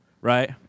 right